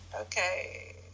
Okay